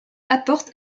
apporte